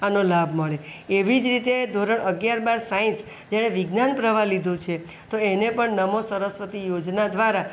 આનો લાભ મળે એવી જ રીતે ધોરણ અગિયાર બાર સાયન્સ જેણે વિજ્ઞાન પ્રવાહ લીધું છે તો એને પણ નમો સરસ્વતી યોજના દ્વારા